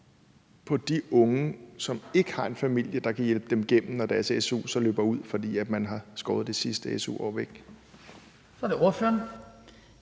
de unge, som ikke har en familie, der kan hjælpe dem igennem, hårdere, når deres su løber ud, fordi man har skåret det sidste su-år væk? Kl. 16:11 Den